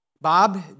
Bob